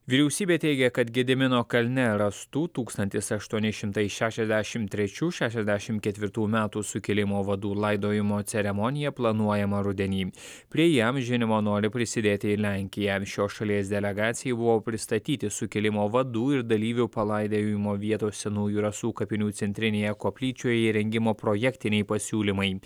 vyriausybė teigia kad gedimino kalne rastų tūkstantis aštuoni šimtai šešiasdešimt trečių šešiasdešimt ketvirtų metų sukilimo vadų laidojimo ceremoniją planuojama rudenį prie įamžinimo nori prisidėti ir lenkija šios šalies delegacijai buvo pristatyti sukilimo vadų ir dalyvių palaidojimo vietos senųjų rasų kapinių centrinėje koplyčioje įrengimo projektiniai pasiūlymai